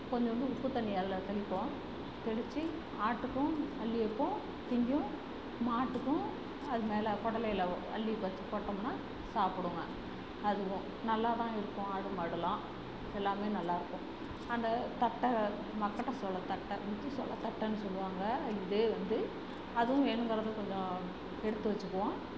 கொஞ்சன்டு உப்புத் தண்ணியை அதில் தெளிப்போம் தெளிச்சி ஆட்டுக்கும் அள்ளி வைப்போம் திங்கும் மாட்டுக்கும் அது மேலே கொடலையில் அள்ளி வச்சுப் போட்டோம்னால் சாப்பிடுங்க அதுவும் நல்லா தான் இருக்கும் ஆடு மாடுலாம் எல்லாமே நல்லாருக்கும் அந்த தட்ட மக்கட்ட சோளத் தட்டை முத்து சோள தட்டைன்னு சொல்வாங்க இதே வந்து அதுவும் வேணுங்கிறது கொஞ்சம் எடுத்து வச்சிக்குவோம்